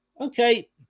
Okay